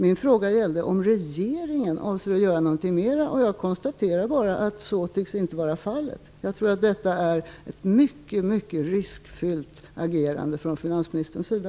Min fråga gällde om regeringen avser att göra något mer. Jag konstaterar bara att så inte tycks vara fallet. Jag tror att det är ett mycket riskfyllt agerande från finansministerns sida.